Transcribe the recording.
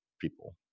people